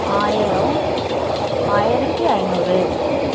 ஆயிரம் ஆயிரத்தி ஐந்நூறு